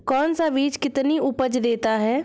कौन सा बीज कितनी उपज देता है?